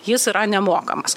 jis yra nemokamas